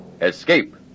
escape